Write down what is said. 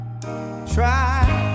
Try